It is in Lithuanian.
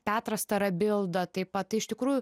petras tarabilda taip pat tai iš tikrųjų